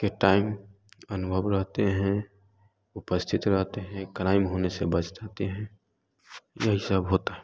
के टाइम अनुभव रहते हैं उपस्थित रहते हैं क्राइम होने से बच जाते हैं यही सब होता है